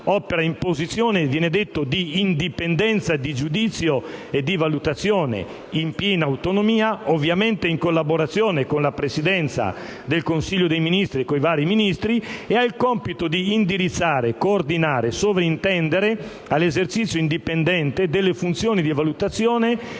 opera in posizione che viene definita di indipendenza di giudizio e di valutazione, in piena autonomia, ma ovviamente in collaborazione con la Presidenza del Consiglio dei ministri e con i vari Ministri, e ha il compito di indirizzare, coordinare e sovrintendere all'esercizio indipendente delle funzioni di valutazione,